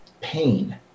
pain